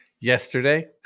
Yesterday